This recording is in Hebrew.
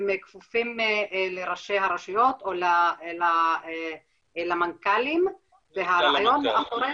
הם כפופים לראשי הרשויות או למנכ"לים והרעיון מאחורי